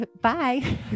Bye